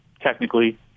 technically